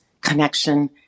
connection